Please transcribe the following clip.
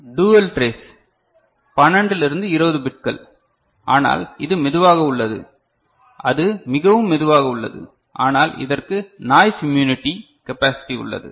dual trace 12 20 பிட்கள் ஆனால் இது மெதுவாக உள்ளது அது மிகவும் மெதுவாக உள்ளது ஆனால் இதற்கு நாய்ஸ் இம்முனிட்டி கெபாசிட்டி உள்ளது